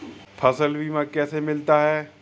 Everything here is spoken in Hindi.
फसल बीमा कैसे मिलता है?